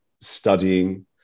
studying